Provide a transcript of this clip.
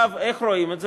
אגב, איך רואים את זה?